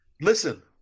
listen